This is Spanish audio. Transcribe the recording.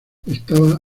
estaba